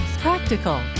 Practical